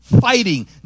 fighting